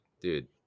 Dude